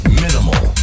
minimal